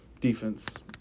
Defense